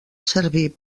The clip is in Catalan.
servir